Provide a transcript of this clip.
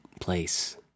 place